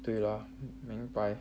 对了明白